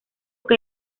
que